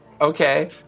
Okay